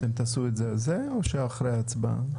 אתם תעשו את זה, או אחרי ההצבעה?